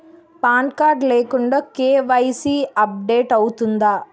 Pan card లేకుండా KYC update అవుతుందా?